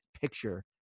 picture